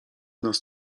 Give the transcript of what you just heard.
nas